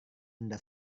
anda